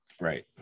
right